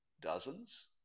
Dozens